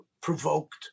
provoked